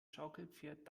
schaukelpferd